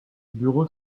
bureau